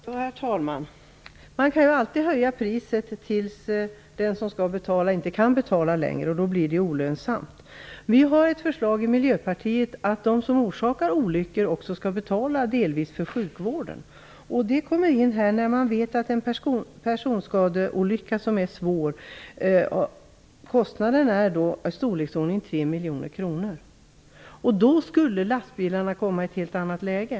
Herr talman! Man kan ju alltid höja priset tills den som skall betala inte kan betala längre. Då blir det ju olönsamt. Vi i Miljöpartiet har ett förslag om att de som orsakar olyckor också delvis skall betala för sjukvården. Man vet att kostnaden för en svår personskadeolycka är ca 3 miljoner kronor. Då skulle lastbilarna komma i ett helt annat läge.